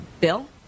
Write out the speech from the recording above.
bill